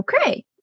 okay